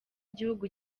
gihugu